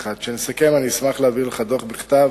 כשנסכם אני אשמח להעביר לך דוח בכתב